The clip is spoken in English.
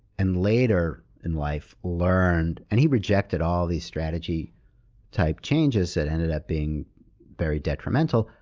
and later in life learned. and he rejected all these strategy type changes that ended up being very detrimental,